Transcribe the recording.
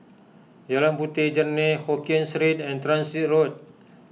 Jalan Puteh Jerneh Hokkien Street and Transit Road